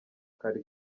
kari